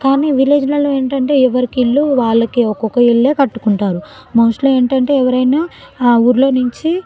కానీ విలేజ్లల్లో ఏంటంటే ఎవరికి ఇల్లు వాళ్ళకే ఒక్కొక్క ఇల్లే కట్టుకుంటారు మోస్ట్లీ ఏంటంటే ఎవరైనా ఆ ఊర్లో నుంచి